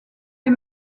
les